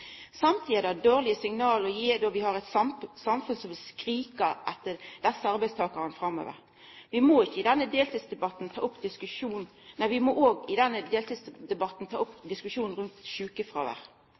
er samtidig eit dårleg signal å gi, då vi har eit samfunn som vil skrika etter desse arbeidstakarane framover. Vi må òg i denne deltidsdebatten ta opp diskusjonen rundt sjukefråvær. Vi veit at i